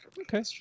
Okay